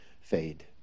fade